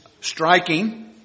striking